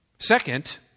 Second